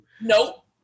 Nope